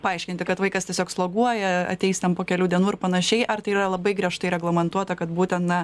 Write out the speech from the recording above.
paaiškinti kad vaikas tiesiog sloguoja ateis ten po kelių dienų ir panašiai ar tai yra labai griežtai reglamentuota kad būtent na